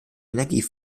energie